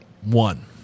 One